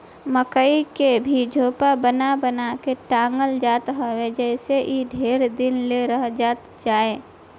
मकई के भी झोपा बना बना के टांगल जात ह जेसे इ ढेर दिन ले रहत जाए